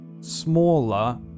smaller